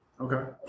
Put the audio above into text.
Okay